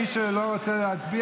הם מלח הארץ,